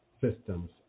systems